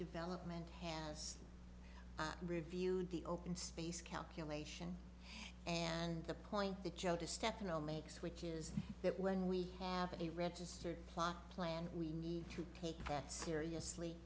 development has reviewed the open space calculation and the point that joe de stefano makes which is that when we have a registered plot plan we need to take that seriously